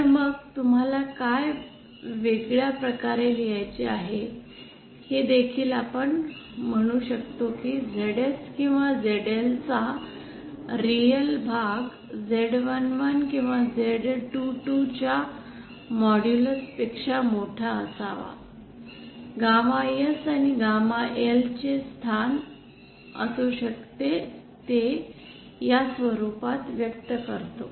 तर मग तुम्हाला काय वेगळ्या प्रकारे लिहायचे आहे हे देखील आपण म्हणू शकतो की ZS किंवा ZLचा रिअल भाग Z11 किंवा Z22 च्या मोड्युलस पेक्षा मोठा असावा गॅमा S आणि गामा Lचे स्थान असू शकते ते या स्वरूपात व्यक्त करतो